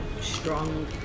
strong